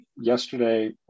Yesterday